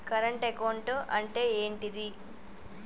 Current account అంటే ఏంటిది?